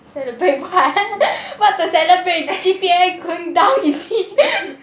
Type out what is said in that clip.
celebrate what what to celebrate my G_P_A going down is it